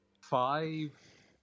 five